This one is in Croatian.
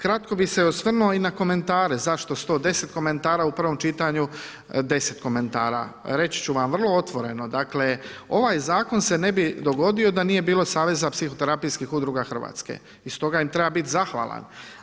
Kratko bih se osvrnuo i na komentara, zašto 110 komentara u prvom čitanju, 10 komentara, reći ću vam vrlo otvoreno, dakle, ovaj zakon se ne bi dogodio da nije bilo saveza psihoterapijskih udruga Hrvatske i stoga im treba biti zahvalan.